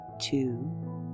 two